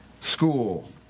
school